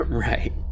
Right